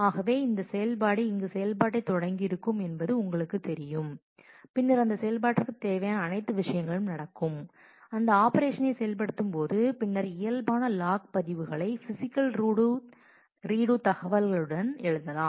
ஆகவே இந்த செயல்பாடு இங்கு செயல்பாட்டைத் தொடங்கியிருப்பது உங்களுக்குத் தெரியும் பின்னர் இந்த செயல்பாட்டிற்கு தேவையான அனைத்து விஷயங்களும் நடக்கும் அந்த ஆபரேஷனை செயல்படுத்தும்போது பின்னர் இயல்பான லாக் பதிவுகளை பிசிக்கல் ரீடு தகவல்களுடன் எழுதலாம்